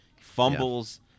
fumbles